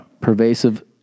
pervasive